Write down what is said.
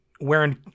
Wearing